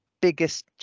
biggest